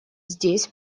здесь